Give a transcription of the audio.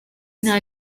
nta